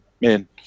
man